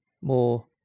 more